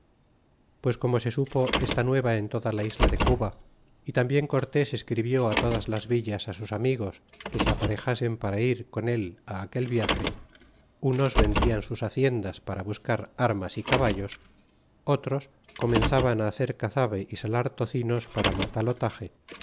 pues como se supo esta nueva en toda la isla de cuba y tambien cortés escribió todas las villas sus amigos que se aparejasen para ir con él aquel viage unos vendian sus haciendas para buscar armas y caballos otros comenzaban hacer cazabe y salar tocinos para